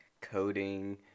coding